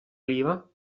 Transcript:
oliva